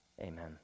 amen